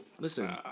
Listen